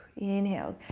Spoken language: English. inhale.